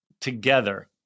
together